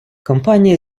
компанії